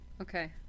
Okay